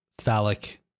phallic